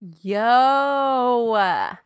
Yo